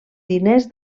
diners